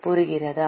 புரிகிறதா